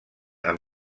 amb